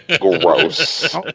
Gross